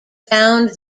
found